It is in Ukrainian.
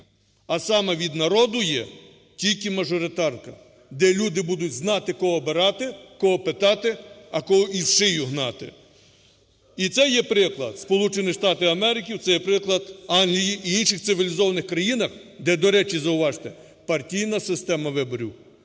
а саме від народу є тількимажоритарка, де люди будуть знати, кого обирати, а кого питати, а кого і в шию гнати. І це є приклад – Сполучені Штати Америки, це є приклад Англії і інших цивілізованих країн, де, до речі, зауважте, партійна система виборів